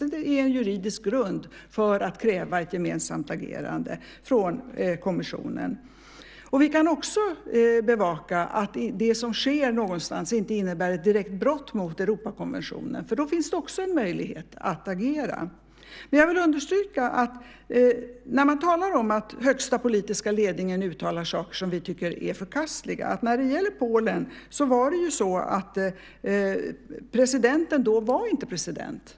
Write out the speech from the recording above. Den ger en juridisk grund för att kunna kräva ett gemensamt agerande från kommissionen. Vi kan också bevaka att det som sker inte innebär ett direkt brott mot Europakonventionen, för även då finns det möjlighet att agera. När man säger att högsta politiska ledningen uttalar saker som vi tycker är förkastliga vill jag understryka att presidenten, när det gäller Polen, ju inte var president då.